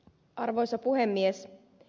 arvoisa puhemies